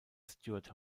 stuart